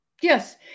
Yes